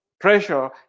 pressure